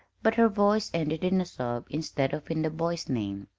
but her voice ended in a sob instead of in the boy's name.